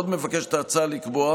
עוד מבקשת ההצעה לקבוע